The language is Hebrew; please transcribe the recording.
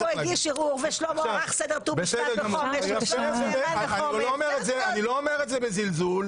אני לא אומר את זה בזלול.